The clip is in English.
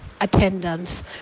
attendance